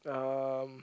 um